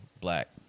black